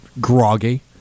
groggy